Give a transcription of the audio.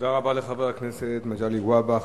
תודה רבה לחבר הכנסת מגלי והבה.